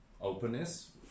openness